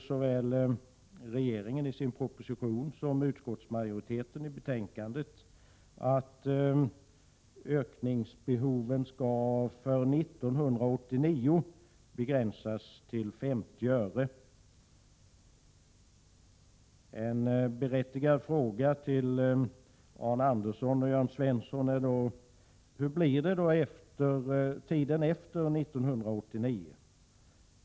Såväl regeringen i sin proposition som utskottsmajoriteten i betänkandet föreslår att ökningsbehoven för 1989 skall begränsas till 50 öre. En berättigad fråga till Arne Andersson och Jörn Svensson är då: Hur blir det då för tiden efter 1989?